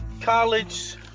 college